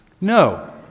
No